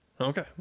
Okay